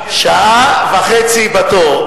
שעה וחצי בתור.